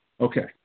Okay